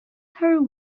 her